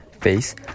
face